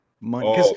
money